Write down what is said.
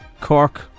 Cork